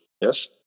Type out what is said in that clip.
Yes